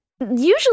usually